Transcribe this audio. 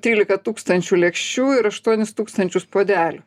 trylika tūkstančių lėkščių ir aštuonis tūkstančius puodelių